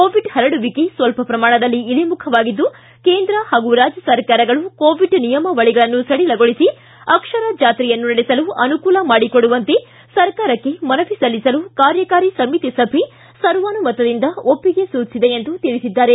Covid ಹರಡುವಿಕೆ ಸ್ವಲ್ಪ ಪ್ರಮಾಣದಲ್ಲಿ ಇಳಮುಖವಾಗಿದ್ದು ಕೇಂದ್ರ ಹಾಗೂ ರಾಜ್ಯ ಸರ್ಕಾರಗಳು ಕೋವಿಡ್ ನಿಯಮಾವಳಿಗಳನ್ನು ಸಡಿಲಗೊಳಿಸಿ ಅಕ್ಷರ ಜಾತ್ರೆಯನ್ನು ನಡೆಸಲು ಅನುಕೂಲ ಮಾಡಿಕೊಡುವಂತೆ ಸರ್ಕಾರಕ್ಕೆ ಮನವಿ ಸಲ್ಲಿಸಲು ಕಾರ್ಯಕಾರಿ ಸಮಿತಿ ಸಭೆ ಸರ್ವಾನುಮತದಿಂದ ಒಪ್ಪಿಗೆ ಸೂಚಿಸಿದೆ ಎಂದು ತಿಳಿಸಿದ್ದಾರೆ